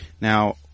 Now